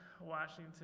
Washington